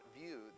view